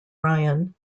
ryan